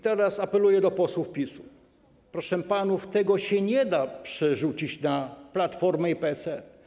Teraz apeluję do posłów PiS-u: proszę panów, tego nie da się przerzucić na Platformę i PSL.